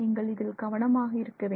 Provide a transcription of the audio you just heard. நீங்கள் இதில் கவனமாக இருக்க வேண்டும்